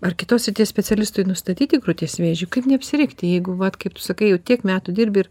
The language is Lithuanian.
ar kitos srities specialistui nustatyti krūties vėžį kaip neapsirikti jeigu vat kaip tu sakai jau tiek metų dirbi ir